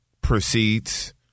proceeds